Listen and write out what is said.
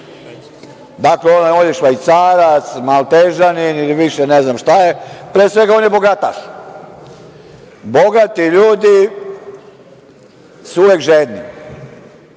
on je Švajcarac, Maltežanin ili više ne znam šta je, pre svega on je bogataš. Bogati ljudi su uvek žedni,